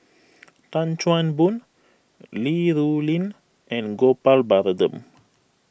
Tan Chan Boon Li Rulin and Gopal Baratham